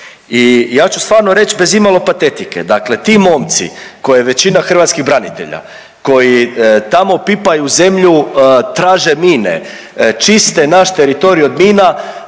i ja ću stvarno reći bez imalo patetike, dakle ti momci koji je većina hrvatskih branitelja, koji taom pipaju zemlju, traže mine, čiste naš teritorij od mina